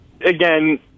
Again